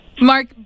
Mark